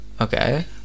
Okay